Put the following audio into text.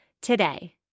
today